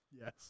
yes